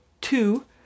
Two